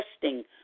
testing